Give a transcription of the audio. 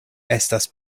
estas